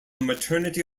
maternity